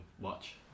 watch